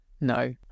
no